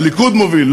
הליכוד מוביל,